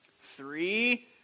Three